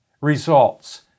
results